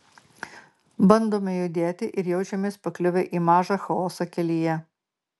bandome judėti ir jaučiamės pakliuvę į mažą chaosą kelyje